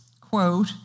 quote